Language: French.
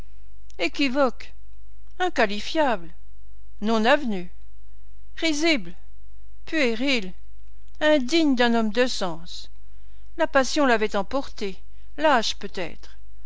équivoque inqualifiable non avenu risible puéril indigne d'un homme de sens la passion l'avait emporté l'âge peut-être